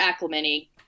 acclimating